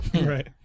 Right